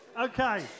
okay